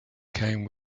came